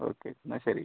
okay എന്നാൽ ശരി